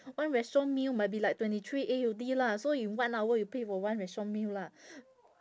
one restaurant meal might be like twenty three A_U_D lah so you one hour you pay for one restaurant meal lah